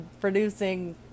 producing